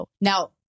Now